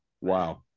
wow